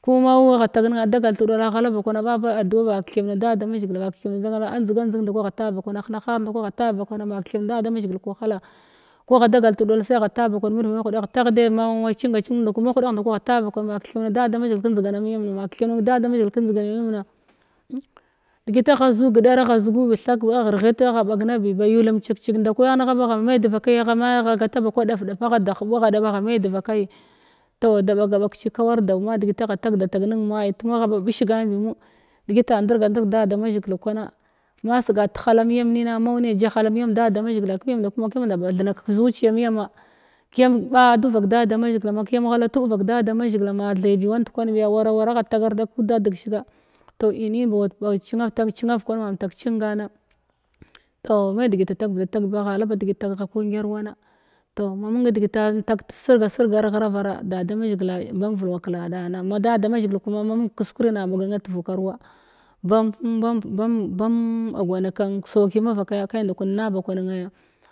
kuma au wagha tag nenna a dagal tuɗula aghala ba kwana a ɓaba adu ma keth kiyam na da da mazhigil ba kethe kiyam na da da mazhigil a njdegam njdig nda ku a ta ba kwana a hnahar ndkwa agha ta bakwana ma keth kiyam na da da mazhigil kəwahala ku agha ba dagal tedul sai a ta ba kwan mirvid mahuɗagha tagh man ma cinga cing nda ku mahuɗagh nda kwa afha ta bakwan ba a keth kiyam na da da mazhigil kənjdigana miyam na ma keth kiyam. Na da da mazhigil kənjdigama migam na degit agha zu gəadar agha zugu bi thak agha reghit agha bag na bi ba yu limchikchik nda kwi amgha ba ba ma’i devakayi a ma’i agha gata ba kwa dag ɗaf agha da huɓu agha ɗaba a me devakayi toh da ɓaga ci kawar dau ma degit agha tag da tag nenna ma’i tuma ba ɓish gan bimo degit a nderge ndir da da mazhigil kwana ma sega tahala miyam nima kəm yam nda ba kiyam da bath nan kəzuciya miyama kiyam ɓa duvak da da mazhigila m kiyam ghala tuɓ vak da da mazhigil ma the bi wanf ndkwan biya wara wawra agha tagar da kuda deg shiga toh inin ba wa-tag-ci ma mtak cingana toh me degit da tagv da tag ba ghala ba degi tag kungyar wana toh ma mung degita in tag tasirga sirgan ghuavara da da mazhigila bam vulwa kəla dana ma dada mazhigil kuma ma mung kuskuri na ɓaga nal tuvu kwaru ban-ban-ban ban ɓag wana kan kəsauki mavakgya kai ndakwa in na ba kwan naya